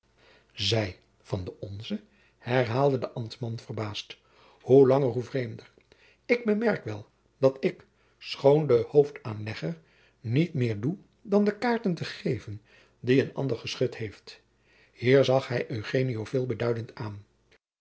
zij van de onze herhaalde de ambtman verbaasd hoe langer hoe vreemder ik bemerk wel dat ik schoon de hoofdaanlegger niet meer doe dan de kaarten te geven die een ander geschud heeft hier zag hij eugenio veelbeduidend aan